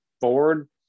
forward